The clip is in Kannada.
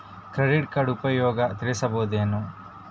ಕ್ರೆಡಿಟ್ ಕಾರ್ಡ್ ಉಪಯೋಗ ತಿಳಸಬಹುದೇನು?